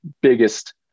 biggest